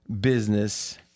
business